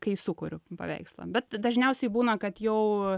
kai sukuriu paveikslą bet dažniausiai būna kad jau